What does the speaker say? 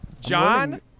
John